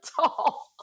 tall